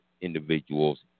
individuals